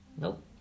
Nope